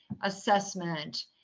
assessment